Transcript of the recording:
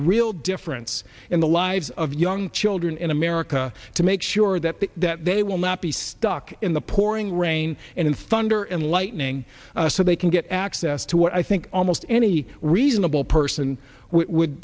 real difference in the lives of young children in america to make sure that they will not be stuck in the pouring rain and thunder and lightning so they can get access to what i think almost any read nable person would